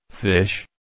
Fish